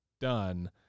done